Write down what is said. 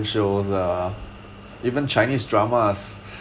shows ah even chinese dramas